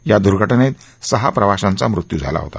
या दुर्घटनेत सहा प्रवाशांचा मृत्यू झाला होता